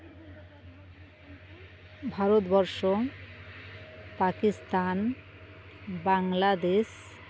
ᱵᱷᱟᱨᱚᱛ ᱵᱚᱨᱥᱚ ᱯᱟᱠᱤᱥᱛᱟᱱ ᱵᱟᱝᱞᱟᱫᱮᱥ